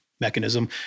mechanism